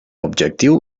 objectiu